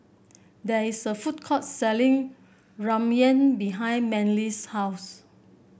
there is a food court selling Ramyeon behind Manley's house